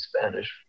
Spanish